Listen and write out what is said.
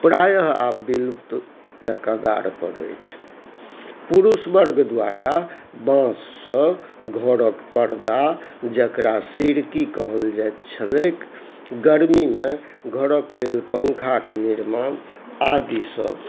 प्रायः आब विलुप्तके कगारपर अछि पुरुष वर्ग द्वारा बाँससँ घरके पर्दा जकरा सिरकी कहल जाइत छलै गर्मीमे घरके लेल पंखाके निर्माण आदि सब